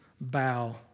bow